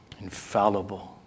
infallible